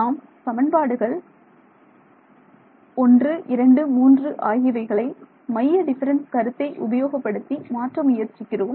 நாம் சமன்பாடுகள் 123 ஆகியவைகளை மைய டிஃபரன்ஸ் கருத்தை உபயோகப்படுத்தி மாற்ற முயற்சிக்கிறோம்